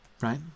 right